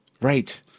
Right